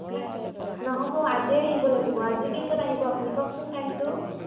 নহ'ব আজিয়ে আহিব লাগিব আজি কেইটাত আহিব কওকচোন টাইমটো